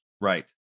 Right